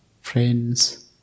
friends